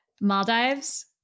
Maldives